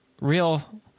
real